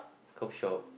coffee shop